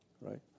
right